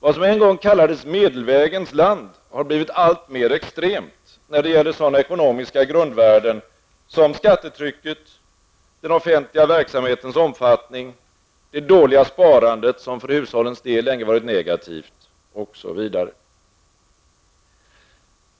Vad som en gång kallades ''Medelvägens land'' har blivit alltmer extremt när det gäller sådana ekonomiska grundvärden som skattetrycket, den offentliga verksamhetens omfattning, det dåliga sparandet, som för hushållens del länge varit negativt, osv.